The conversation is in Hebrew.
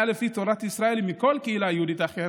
לפי תורת ישראל יותר מכל קהילה יהודית אחרת,